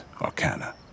arcana